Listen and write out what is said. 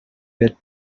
that